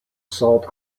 salt